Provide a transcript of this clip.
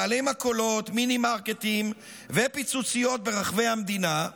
בעלי מכולות, מינימרקטים ופיצוציות ברחבי המדינה,